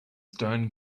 stone